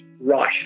right